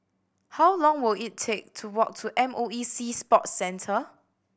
how long will it take to walk to M O E Sea Sports Centre